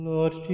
Lord